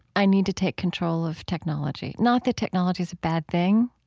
i need to take control of technology. not that technology is a bad thing,